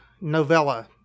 Novella